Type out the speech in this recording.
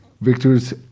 Victor's